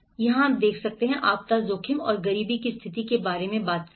और जहां हमने आपदा जोखिम और गरीबी की स्थिति के बारे में बात की